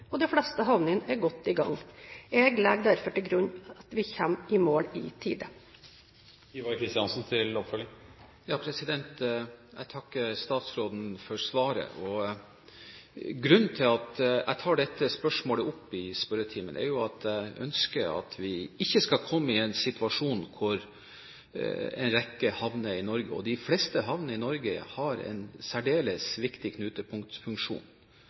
og de fleste havnene er godt i gang. Jeg legger derfor til grunn at vi kommer i mål i tide. Jeg takker statsråden for svaret. Grunnen til at jeg tar dette spørsmålet opp i spørretimen, er at jeg ønsker at vi ikke skal komme i en situasjon hvor det skapes usikkerhet ved en rekke havner i Norge. De fleste havner i Norge har en særdeles viktig knutepunktfunksjon